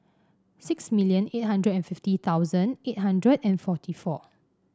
six million eight hundred and fifty thousand eight hundred and forty four